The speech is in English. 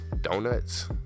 Donuts